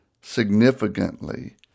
significantly